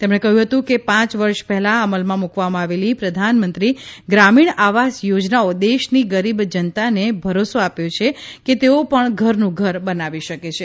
તેમણે કહ્યું હતું કે પાંચ વરસ પહેલાં અમલમાં મૂકવામાં આવેલી પ્રધાનમંત્રી ગ્રામીણ આવાસ યોજનાઓ દેશની ગરીબ જનતાને ભરોસો આપ્યો છે કે તેઓ પણ ઘરનું ઘર બનાવી શકે છે